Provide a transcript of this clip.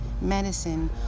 medicine